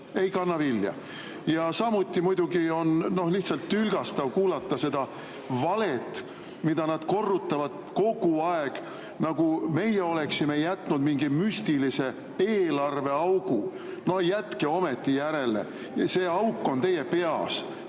ei kanna vilja. Samuti on lihtsalt tülgastav kuulata seda valet, mida nad korrutavad kogu aeg, nagu meie oleksime jätnud mingi müstilise eelarveaugu. Jätke ometi järele, see auk on teie peas.